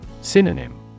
Synonym